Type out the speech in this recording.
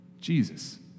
Jesus